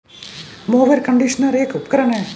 mower conditioner एक उपकरण है